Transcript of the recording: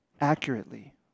accurately